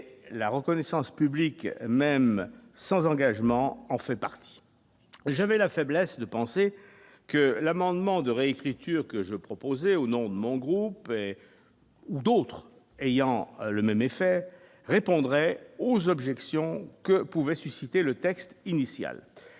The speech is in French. la reconnaissance publique, même sans engagement en fait partie, j'avais la faiblesse de penser que l'amendement de réécriture que je proposais, au nom de mon groupe et ou d'autres ayant le même effet répondraient aux objections que pouvait susciter le texte initial,